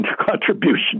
contribution